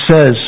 says